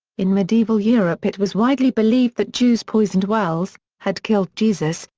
in medieval europe it was widely believed that jews poisoned wells, had killed jesus,